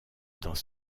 dans